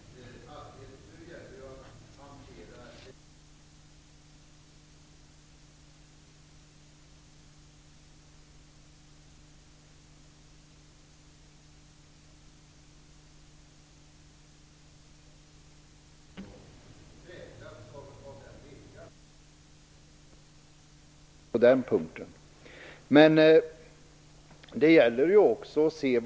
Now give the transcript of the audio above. Herr talman! Jag kan hålla med Birgit Friggebo om att det nu gäller att hantera en ny situation och att vi skall göra det bästa av den. Jag tycker att delar av KU:s arbete har präglats av den viljan.